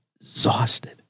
exhausted